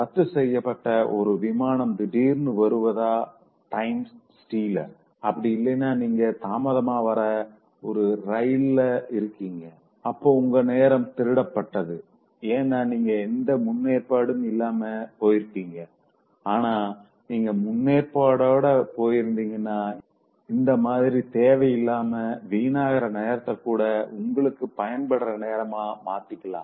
ரத்து செய்யப்பட்ட ஒரு விமானம் திடீர்னு வருவதுதா டைம் ஸ்டீலர் அப்படி இல்லைனா நீங்க தாமதமா வர ஒரு ரயில இருக்கீங்க அப்போ உங்க நேரம் திருடப்படுது ஏன்னா நீங்க எந்த முன்னேற்பாடும் இல்லாம போய் இருக்கீங்க ஆனா நீங்க முன்னேற்பாடோட போய் இருந்தீங்கன்னா இந்த மாதிரி தேவையில்லாம வீணாகர நேரத்த கூட உங்களுக்கு பயன்படுர நேரமா மாத்திக்கலாம்